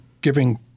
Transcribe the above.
giving